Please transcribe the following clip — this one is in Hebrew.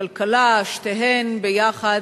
כלכלה, שתיהן ביחד.